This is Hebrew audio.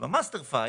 אבל ב- master file,